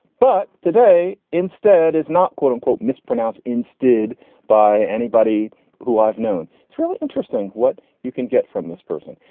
but today instead is not, quote unquote, mispronounce inserted by anybody who i've known. it's really interesting what you can get from this person.